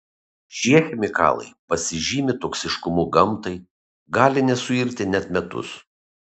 šie chemikalai pasižymi toksiškumu gamtai gali nesuirti net metus